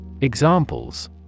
Examples